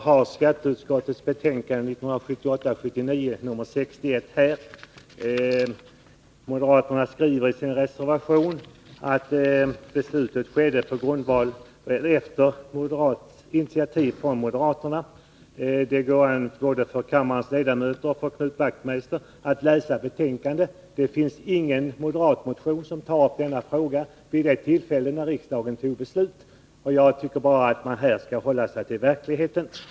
Herr talman! Moderaterna skriver i sin reservation att beslutet om en utredning om införande av avdragsrätt för reparationer fattades efter initiativ från moderaterna. Jag har framför mig skatteutskottets betänkande 1978/ 79:61, som låg till grund för det beslutet. Där behandlas ingen moderat motion som tar upp denna fråga — det går bra för kammarens ledamöter och för Knut Wachtmeister att kontrollera det i betänkandet. Jag tycker bara att man skall hålla sig till sanningen.